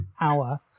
hour